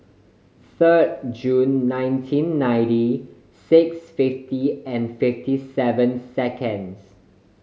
third June nineteen ninety six fifty and fifty seven second